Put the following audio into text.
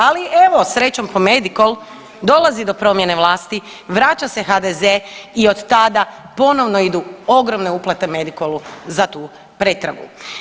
Ali evo srećom po Medikol dolazi do promjene vlasti, vraća se HDZ i od tada ponovno idu ogromne uplate Medikolu za tu pretragu.